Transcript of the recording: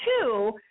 two